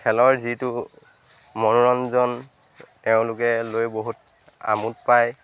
খেলৰ যিটো মনোৰঞ্জন তেওঁলোকে লৈ বহুত আমোদ পায়